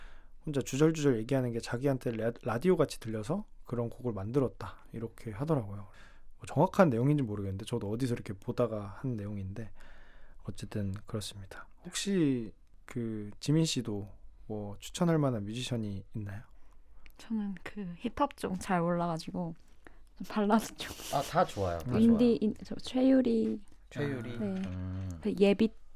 혼자 주절주절 얘기하는 게 자기한테 레- 라디오 같이 들려서 그런 곡을 만들었다, 이렇게 하더라고요. 뭐 정확한 내용인지는 모르겠는데 저도 어디서 이렇게 보다가 한 내용인데 어쨌든 그렇습니다. 혹시 그 지민 씨도 뭐 추천할 만한 뮤지션이 있나요? 저는 그 힙합 쪽 잘 몰라가지고 발라드 쪽 아, 다 좋아요. 음, 인디, 인- 저 최유리. 최유리. 아, 네. 음. 그 예비